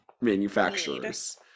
manufacturers